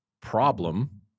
problem